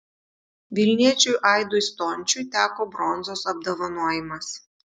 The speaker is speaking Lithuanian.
vilniečiui aidui stončiui teko bronzos apdovanojimas